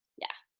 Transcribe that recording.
yeah.